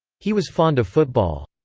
he was fond of football.